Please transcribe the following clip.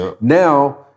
Now